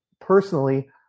personally